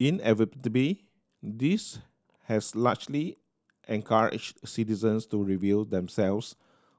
inevitably this has largely encouraged citizens to review themselves